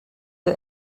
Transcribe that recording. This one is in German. der